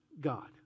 God